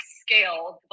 scaled